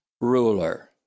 ruler